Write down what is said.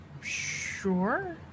sure